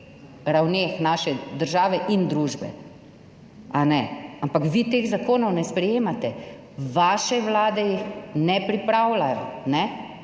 ravneh naše države in družbe. Ampak vi teh zakonov ne sprejemate, vaše vlade ne pripravljajo.